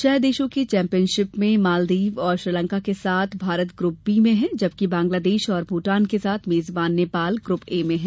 छह देशों की चैम्पियनशिप में मालदीव और श्रीलंका के साथ भारत ग्रप बी में है जबकि बंगलादेश और भूटान के साथ मेजबान नेपाल ग्रुप ए में है